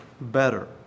better